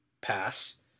Pass